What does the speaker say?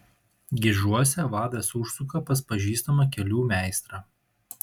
gižuose vadas užsuka pas pažįstamą kelių meistrą